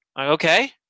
Okay